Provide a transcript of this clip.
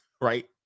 Right